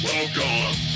Welcome